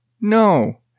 No